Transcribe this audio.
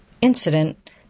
incident